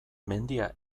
mendia